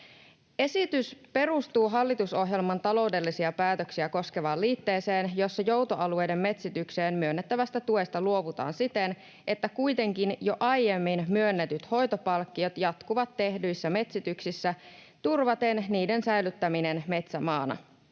Esitys perustuu hallitusohjelman taloudellisia päätöksiä koskevaan liitteeseen, jossa joutoalueiden metsitykseen myönnettävästä tuesta luovutaan siten, että kuitenkin jo aiemmin myönnetyt hoitopalkkiot jatkuvat tehdyissä metsityksissä turvaten niiden säilyttämisen metsämaana,